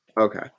Okay